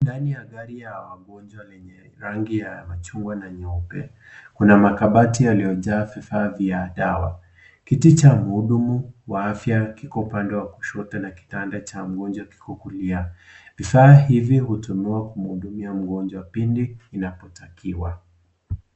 Ndani ya gari la wagonjwa lenye rangi ya machungwa na nyeupe, kuna makabati yaliyojaa vifaa vya dawa. Kiti cha mhudumu wa afya kiko upande wa kushoto na kitanda cha mgonjwa kiko kulia. Vifaa hivi hutumiwa kuhudumia mgonjwa pindi inapotakiwa.